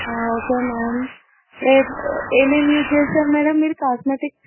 okay ma'am రేపు ఏం ఏం యూజ్ చేస్తారు మేడం మీరు కాస్మొటిక్స్